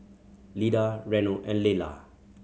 Lida Reno and Lelar